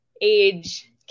age